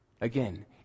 Again